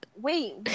wait